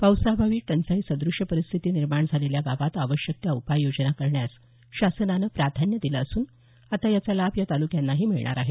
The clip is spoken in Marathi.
पावसाअभावी टंचाई सद्रश्य परिस्थिती निर्माण झालेल्या गावात आवश्यक त्या उपाययोजना करण्यास शासनानं प्राधान्य दिलं असून आता याचा लाभ या तालुक्यांनाही मिळणार आहे